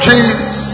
Jesus